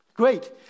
great